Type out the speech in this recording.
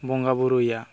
ᱵᱚᱸᱜᱟ ᱵᱩᱨᱩᱭᱟ